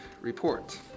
report